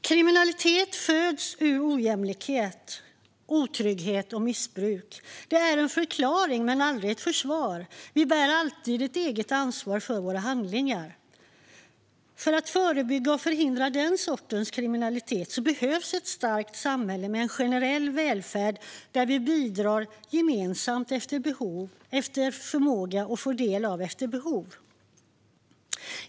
Kriminalitet föds ur ojämlikhet, otrygghet och missbruk. Det är en förklaring men aldrig ett försvar. Vi bär alltid ett eget ansvar för våra handlingar. För att förebygga och förhindra den sortens kriminalitet behövs ett starkt samhälle med en generell välfärd som vi bidrar till gemensamt efter förmåga och får del av efter behov.